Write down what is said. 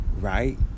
right